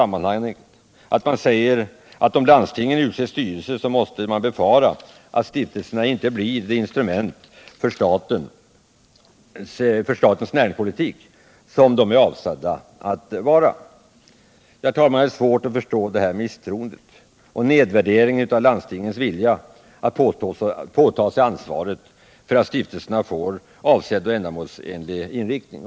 Man säger att om landstingen utser styrelser måste man befara att stiftelserna inte blir det instrument för statens näringspolitik som de är avsedda att vara. Jag har svårt att förstå detta misstroende och denna nedvärdering av landstingens vilja att ta på sig ansvaret för att stiftelserna får avsedd och ändamålsenlig inriktning.